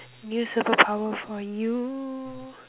new superpower for you